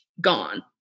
gone